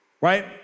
right